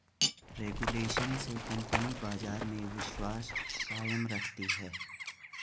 regulation से company बाजार में विश्वास कायम रखती है